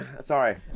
Sorry